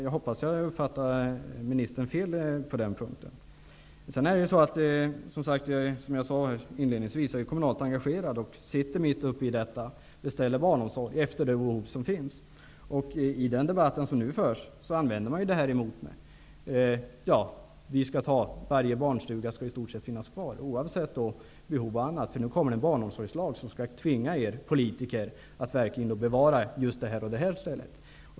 Jag hoppas att jag uppfattade ministern fel på den punkten. Som jag sade inledningsvis är jag kommunalt engagerad och sitter mitt uppe i detta. Jag beställer barnomsorg efter det behov som finns. I den debatt som nu förs använder man detta emot mig. Varje barnstuga skall i stort sett finnas kvar oavsett behov och annat för nu kommer det en barnomsorgslag som skall tvinga politikerna att verkligen bevara just dessa ställen.